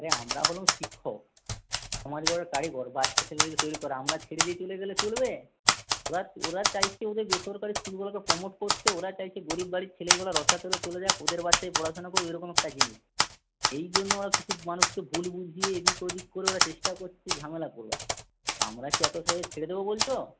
হ্যাঁ আমরা হলাম শিক্ষক সমাজ গড়ার কারিগর বাচ্চা ছেলেদেরকে তৈরি করা আমরা ছেড়ে দিয়ে চলে গেলে চলবে এবার ওরা চাইছে ওদের বেসরকারি স্কুলগুলোকে প্রমোট করতে ওরা চাইছে গরীব বাড়ির ছেলেগুলো রসাতলে চলে যাক ওদের বাচ্চাই পড়াশোনা করুক এরকম একটা জিনিস এইজন্য কিছু মানুষকে ভুল বুঝিয়ে এদিক ওদিক করে ওরা চেষ্টা করছে ঝামেলা করার আমরা কি এত সহজে ছেড়ে দেবো বলছো